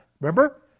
Remember